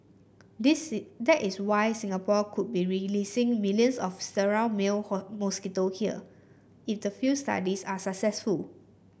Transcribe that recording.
this is that is why Singapore could be releasing millions of sterile male mosquitoes here if the field studies are successful